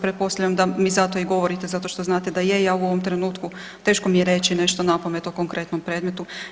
Pretpostavljam da mi zato i govorite zato što znate da je, ja u ovom trenutku, teško mi je reći nešto napamet o konkretnom predmetu.